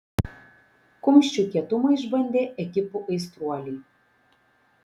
kumščių kietumą išbandė ekipų aistruoliai